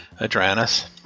Adranus